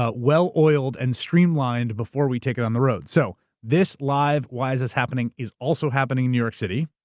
ah well-oiled and streamlined before we take it on the road. so this live why is this happening? is also happening in new york city,